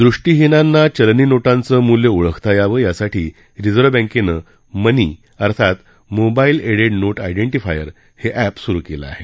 दृष्टीहीनांना चलनी नोटांचं मूल्य ओळखता यावं यासाठी रिझर्व बँकनं मनी अर्थात मोबाईल एडेड नोट आयडेंटिफायर हे अॅप सुरू केलं आहे